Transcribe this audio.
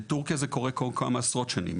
בטורקיה זה קורה כל כמה עשרות שנים,